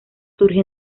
surge